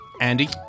Andy